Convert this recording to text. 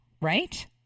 right